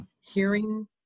hearing